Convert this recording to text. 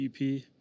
EP